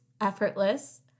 Effortless